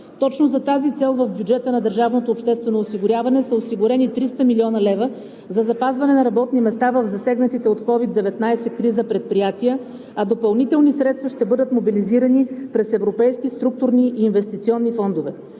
обществено осигуряване са осигурени 300 млн. лв. за запазване на работни места в засегнатите от COVID-19 криза предприятия, а допълнителни средства ще бъдат мобилизирани през европейски структурни и инвестиционни фондове.